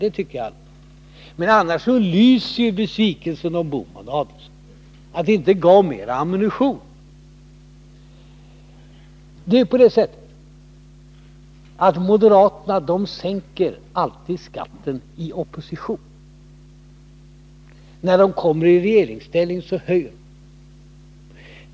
Men annars lyser besvikelsen om herr Bohman och herr Adelsohn på grund av att remisskritiken inte gav honom mer ammunition. Det är på det sättet att moderaterna alltid sänker skatten i oppositionsställning, men när de kommer i regeringsställning höjer de den.